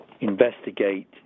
investigate